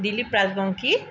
Dilip Rajbongshi